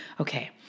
Okay